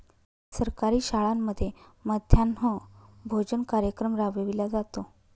सरकारी शाळांमध्ये मध्यान्ह भोजन कार्यक्रम राबविला जातो